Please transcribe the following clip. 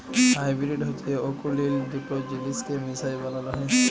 hybrid হছে অকুলীল দুট জিলিসকে মিশায় বালাল হ্যয়